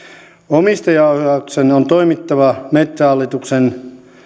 omistajaohjauksen on toimittava metsähallituksen